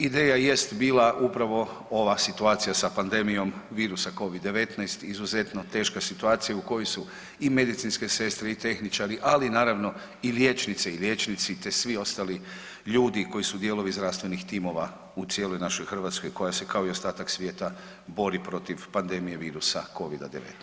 Ideja jest bila upravo ova situacija sa pandemijom virusa Covid-19 izuzetno teška situacija u koju su i medicinske sestre i tehničari, ali naravno i liječnice i liječnici te svi ostali ljudi koji su dijelovi zdravstvenih timova u cijeloj našoj Hrvatskoj koja se kao i ostatak svijeta bori protiv pandemije virusa Covida-19.